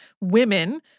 women